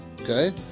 Okay